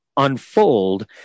unfold